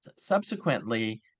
subsequently